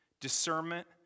Discernment